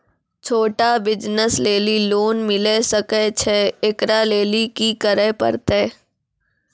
छोटा बिज़नस लेली लोन मिले सकय छै? एकरा लेली की करै परतै